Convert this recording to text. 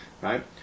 Right